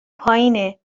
پایینه